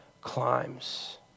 climbs